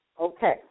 Okay